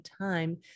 time